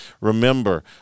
Remember